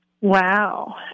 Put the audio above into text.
Wow